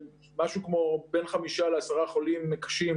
אנחנו נוביל לירידה משמעותית באחוזי ההדבקה.